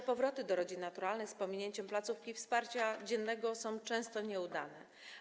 Także powroty do rodzin naturalnych z pominięciem placówki wsparcia dziennego są często nieudane.